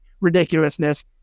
ridiculousness